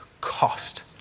cost